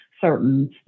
certain